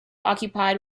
occupied